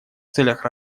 целях